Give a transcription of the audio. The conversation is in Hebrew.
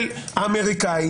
האמריקאיות